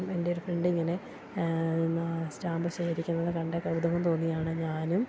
എൻ്റെ ഒരു ഫ്രണ്ടിങ്ങനെ സ്റ്റാമ്പ് ശേഖരിക്കുന്നതുകണ്ടു കൗതുകം തോന്നിയാണു ഞാനും